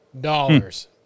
dollars